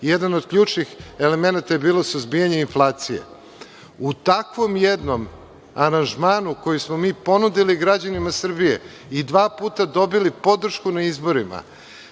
Jedan od ključnih elemenata je bilo suzbijanje inflacije. U takvom jednom aranžmanu koji smo mi ponudili građanima Srbije i dva puta dobili podršku na izborima,